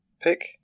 pick